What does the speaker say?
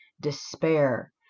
despair